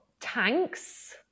tanks